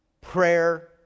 Prayer